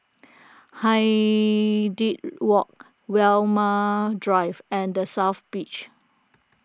Hindhede Walk Walmer Drive and the South Beach